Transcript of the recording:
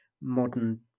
modern